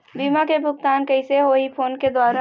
बीमा के भुगतान कइसे होही फ़ोन के द्वारा?